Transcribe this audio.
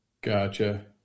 Gotcha